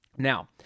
Now